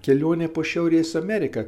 kelionė po šiaurės ameriką